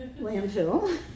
landfill